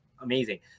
amazing